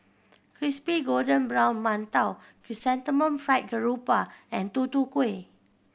crispy golden brown mantou Chrysanthemum Fried Garoupa and Tutu Kueh